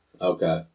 Okay